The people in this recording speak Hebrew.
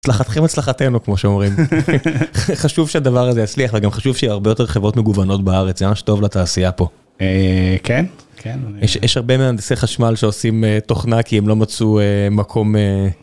הצלחתכם הצלחתנו כמו שאומרים חשוב שהדבר הזה יצליח גם חשוב שהיה הרבה יותר חברות מגוונות בארץ זה ממש טוב לתעשייה פה. כן כן יש הרבה מנדסי חשמל שעושים תוכנה כי הם לא מצאו מקום.